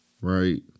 right